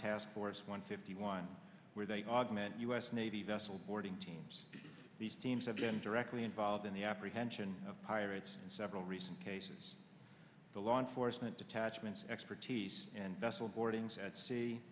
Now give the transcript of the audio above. task force one fifty one where they augment u s navy vessel boarding teams these teams have been directly involved in the apprehension of pirates in several recent cases the law enforcement detachments expertise and vessel boardings at se